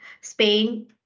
Spain